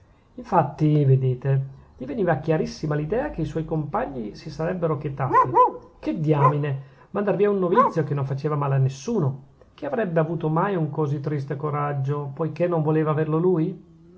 infatti vedete gli veniva chiarissima l'idea che i suoi compagni si sarebbero chetati che diamine mandar via un novizio che non faceva male a nessuno chi avrebbe avuto mai un così triste coraggio poichè non voleva averlo lui